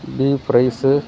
beef fries